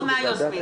לא מהיוזמים.